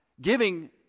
giving